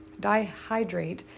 dihydrate